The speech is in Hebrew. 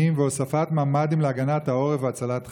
והוספת ממ"דים להגנת העורף והצלת חיים.